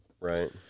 Right